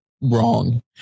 wrong